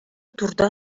турда